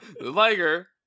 Liger